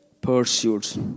pursuits